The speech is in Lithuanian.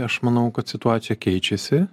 aš manau kad situacija keičiasi